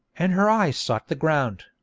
and her eyes sought the ground.